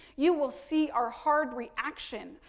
you will see our hard reaction.